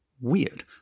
weird